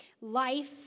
Life